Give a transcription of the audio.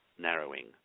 narrowing